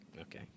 Okay